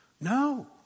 No